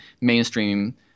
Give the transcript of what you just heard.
mainstream